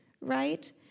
right